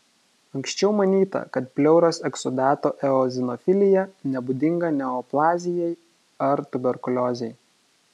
anksčiau manyta kad pleuros eksudato eozinofilija nebūdinga neoplazijai ar tuberkuliozei